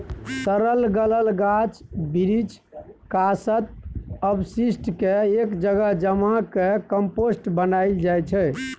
सरल गलल गाछ बिरीछ, कासत, अपशिष्ट केँ एक जगह जमा कए कंपोस्ट बनाएल जाइ छै